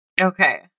Okay